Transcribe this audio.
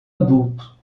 adulto